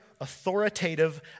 authoritative